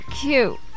Cute